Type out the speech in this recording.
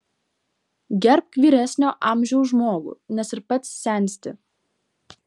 gerbk vyresnio amžiaus žmogų nes ir pats sensti